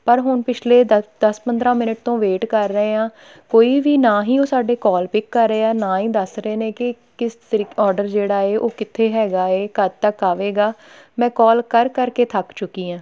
ਪਰ ਹੁਣ ਪਿਛਲੇ ਦ ਦਸ ਪੰਦਰਾਂ ਮਿੰਟ ਤੋਂ ਵੇਟ ਕਰ ਰਹੇ ਹਾਂ ਕੋਈ ਵੀ ਨਾ ਹੀ ਉਹ ਸਾਡੇ ਕਾਲ ਪਿੱਕ ਕਰ ਰਹੇ ਹਾਂ ਨਾ ਹੀ ਦੱਸ ਰਹੇ ਨੇ ਕਿ ਕਿਸ ਔਡਰ ਜਿਹੜਾ ਹੈ ਉਹ ਕਿੱਥੇ ਹੈਗਾ ਹੈ ਕਦ ਤੱਕ ਆਵੇਗਾ ਮੈਂ ਕੋਲ ਕਰ ਕਰ ਕੇ ਥੱਕ ਚੁੱਕੀ ਹਾਂ